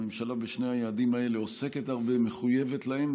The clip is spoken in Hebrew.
הממשלה עוסקת בשני היעדים האלה הרבה ומחויבת להם,